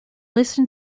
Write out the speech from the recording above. listen